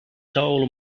soul